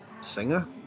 Singer